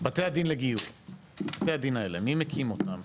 בתי הדין לגיור, בתי הדין האלה, מי מקים אותם?